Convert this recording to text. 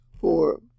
Four